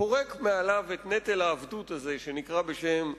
פורק מעליו את נטל העבדות הזה שנקרא בשם,